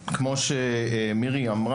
עולים וזה נפלא לשמוע תוכניות.